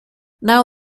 now